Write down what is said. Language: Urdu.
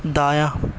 دایا